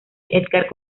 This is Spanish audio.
edgar